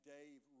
Dave